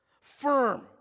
Firm